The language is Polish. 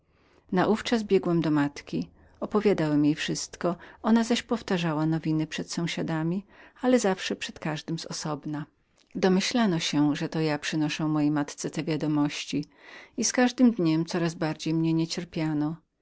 tajemnicę naówczas biegłem do mojej matki opowiadałem jej wszystko ona zaś powtarzała nowiny przed sąsiadami ale zawsze przed każdym z osobna domyślano się że ja przynosiłem mojej matce te wiadomości z każdym dniem coraz bardziej mnie niecierpiano wszystkie domy